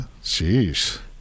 Jeez